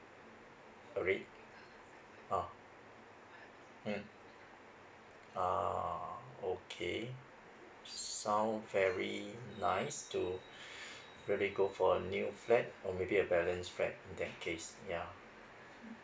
alread~ uh mm oh okay sound very nice to really go for new flat or maybe a balance flat in that case yeah